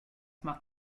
macht